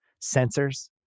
sensors